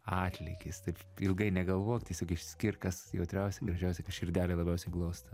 atlygis taip ilgai negalvok tiesiog išskirk kas jautriausia gražiausia širdelę labiausiai glosto